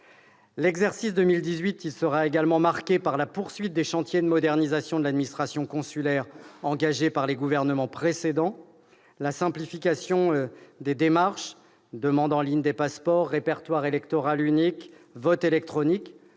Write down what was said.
L'exercice 2018 sera également marqué par la poursuite des chantiers de modernisation de l'administration consulaire engagés par les gouvernements précédents. La simplification des démarches- demande en ligne des passeports, répertoire électoral unique, vote électronique